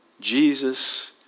Jesus